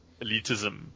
elitism